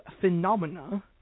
phenomena